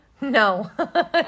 No